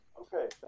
okay